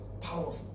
powerful